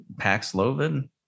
Paxlovid